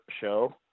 show